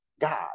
God